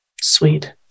Sweet